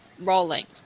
rolling